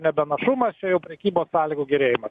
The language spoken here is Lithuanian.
nebenašumas čia jau prekybos sąlygų gerėjimas